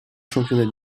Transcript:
championnats